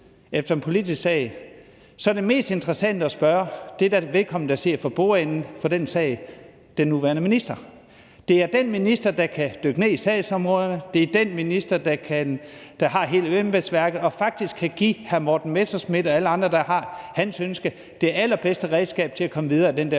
som en politisk sag, er den mest interessante at spørge da vedkommende, der sidder for bordenden for den sag: den nuværende minister. Det er den minister, der kan dykke ned i sagsområderne. Det er den minister, der har hele embedsværket og faktisk kan give hr. Morten Messerschmidt og alle andre, der har hans ønske, det allerbedste redskab til at komme videre i den der